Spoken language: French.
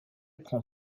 prend